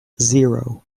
zero